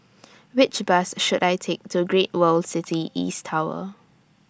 Which Bus should I Take to Great World City East Tower